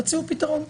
תציעו פתרון.